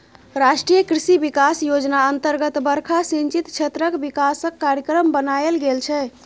राष्ट्रीय कृषि बिकास योजना अतर्गत बरखा सिंचित क्षेत्रक बिकासक कार्यक्रम बनाएल गेल छै